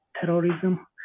terrorism